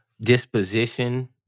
disposition